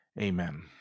amen